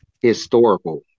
historical